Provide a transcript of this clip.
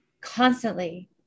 constantly